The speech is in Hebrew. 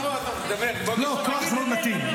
לא, קרח זה מאוד מתאים.